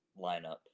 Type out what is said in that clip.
lineup